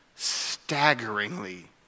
Staggeringly